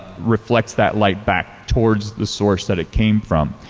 reflects that light back towards the source that it came from.